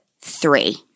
three